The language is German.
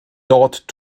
dort